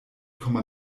komma